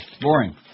Boring